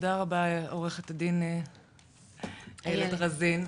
תודה רבה, עורכת הדין איילת רזין.